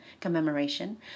commemoration